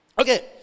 Okay